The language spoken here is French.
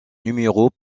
numéros